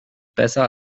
besser